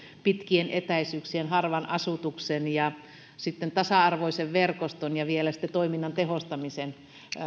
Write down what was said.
pitkien etäisyyksien harvan asutuksen ja tasa arvoisen verkoston ja vielä sitten toiminnan tehostamisen